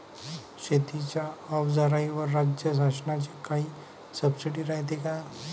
शेतीच्या अवजाराईवर राज्य शासनाची काई सबसीडी रायते का?